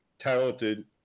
talented